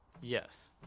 Yes